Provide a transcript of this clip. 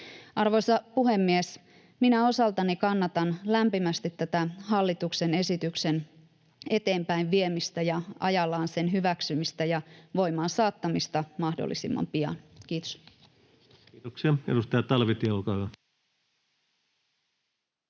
Arvoisa puhemies! Minä osaltani kannatan lämpimästi tätä hallituksen esityksen eteenpäin viemistä ja ajallaan sen hyväksymistä ja voimaansaattamista mahdollisimman pian. — Kiitos. [Speech 202] Speaker: